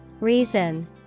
Reason